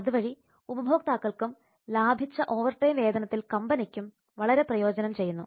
അതുവഴി ഉപഭോക്താക്കൾക്കും ലാഭിച്ച ഓവർടൈം വേതനത്തിൽ കമ്പനിക്കും വളരെ പ്രയോജനം ചെയ്യുന്നു